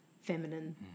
feminine